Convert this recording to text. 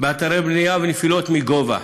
באתרי בנייה ונפילות מגובה.